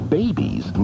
babies